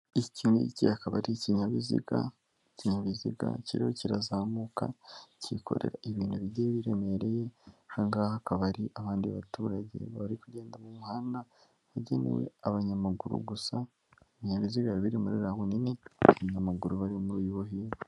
Iki ngiki akaba ari ikinyabiziga, ikinyabiziga kiriho kirazamuka cyikorera ibintu bigiye biremereye, aha ngaha hakaba ari abandi baturage bari kugenda mu muhanda wagenewe abanyamaguru gusa, ibinyabiziga biri muri uyu munini, abanyamaguru bakaba bari muri uyu wo hino.